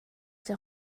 der